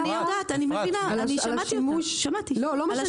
אני יודעת, אני מבינה, שמעתי על השימוש לרעה.